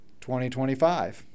2025